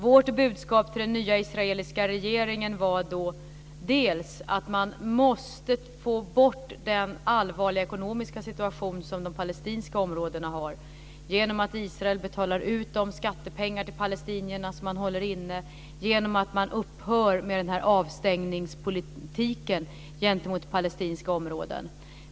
Vårt budskap till den nya israeliska regeringen var då att man måste förbättra den allvarliga ekonomiska situation som de palestinska områdena har genom att Israel betalar ut de skattepengar till palestinierna som man håller inne och genom att man upphör med avstängningspolitiken gentemot palestinska områden.